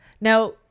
now